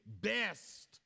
best